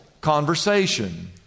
conversation